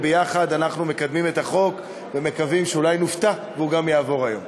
ואנחנו מקדמים את החוק ביחד ומקווים שאולי נופתע והוא גם יעבור היום.